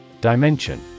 Dimension